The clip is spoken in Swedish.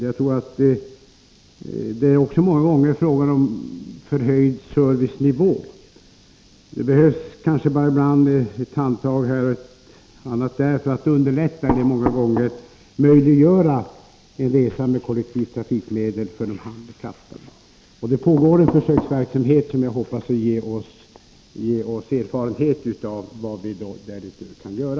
Jag tror att det många gånger bara är fråga om en förhöjd servicenivå. Det behövs ibland bara ett handtag här och ett annat där för att underlätta eller många gånger möjliggöra resa med kollektivtrafikmedel för de handikappade. Det pågår en försöksverksamhet som jag hoppas skall ge oss erfarenhet av vad vi därutöver kan göra.